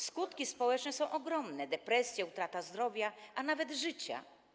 Skutki społeczne są ogromne: depresje, utrata zdrowia, a nawet życia.